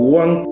one